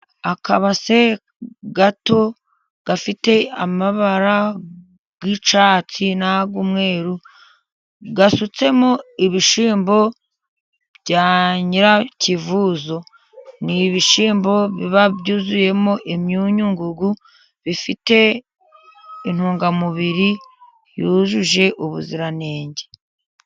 Akabase gato gafite amabara y'icyatsi n'ay'umweru, gasutsemo ibishyimbo bya Nyirakivuzo, ni ibishyimbo biba byuzuyemo imyunyungugu, bifite intungamubiri yujuje ubuziranenge.